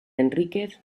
enríquez